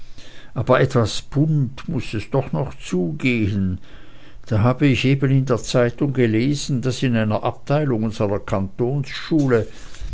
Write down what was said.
aber etwas bunt muß es doch noch zugehen da habe ich eben in der zeitung gelesen daß in einer abteilung unserer